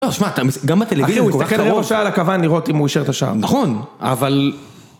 לא, שמע, גם בטלויזיה הוא כל כך קרוב... אחי, הוא הסתכל הראשה על הכוון לראות אם הוא אישר את השער הזה. נכון, אבל...